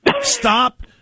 Stop